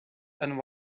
and